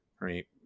right